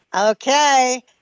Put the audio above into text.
Okay